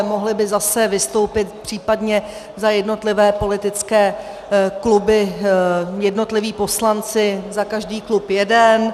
Mohli by zase vystoupit případně za jednotlivé politické kluby jednotliví poslanci, za každý klub jeden.